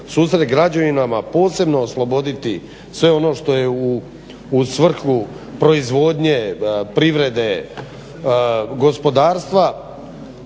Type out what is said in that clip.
susret građanima, a posebno osloboditi sve ono što je u svrhu proizvodnje, privrede, gospodarstva,